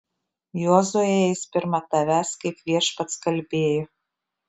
jozuė eis pirma tavęs kaip viešpats kalbėjo